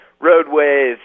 roadways